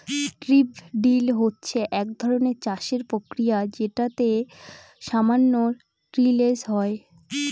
strip drill হচ্ছে এক ধরনের চাষের প্রক্রিয়া যেটাতে সামান্য টিলেজ হয়